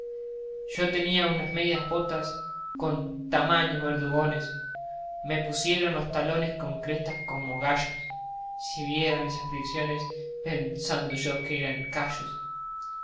yo tenía unas medias botas con tamaños verdugones me pusieron los talones con crestas como gallos si viera mis afliciones pensando yo que eran callos